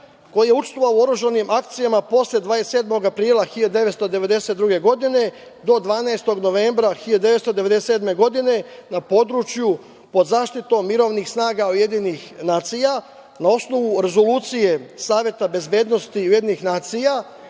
koji je učestvovao u oružanim akcijama posle 27. aprila 1992. godine do 12. novembra 1997. godine na području pod zaštitom mirovnih snaga Ujedinjenih nacija, na osnovu Rezolucije Saveta bezbednosti Ujedinjenih nacija